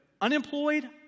unemployed